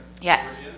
Yes